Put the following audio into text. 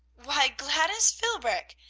why, gladys philbrick!